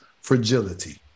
Fragility